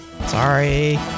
Sorry